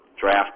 draft